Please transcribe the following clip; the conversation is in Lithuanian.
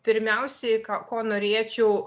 pirmiausiai ko norėčiau